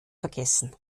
vergessen